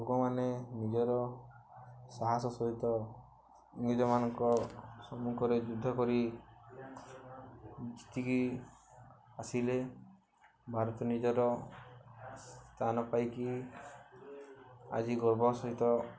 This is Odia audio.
ଲୋକମାନେ ନିଜର ସାହସ ସହିତ ଇଂରେଜମାନଙ୍କ ସମ୍ମୁଖରେ ଯୁଦ୍ଧ କରି ଜିତିକି ଆସିଲେ ଭାରତ ନିଜର ସ୍ଥାନ ପାଇକି ଆଜି ଗର୍ବର ସହିତ